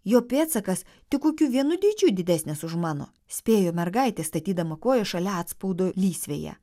jo pėdsakas tik kokiu vienu dydžiu didesnis už mano spėjo mergaitė statydama koją šalia atspaudo lysvėje